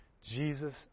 Jesus